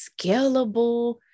scalable